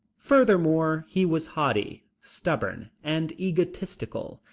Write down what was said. furthermore, he was haughty, stubborn and egotistical,